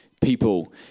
people